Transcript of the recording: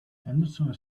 henderson